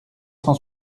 cent